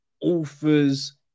authors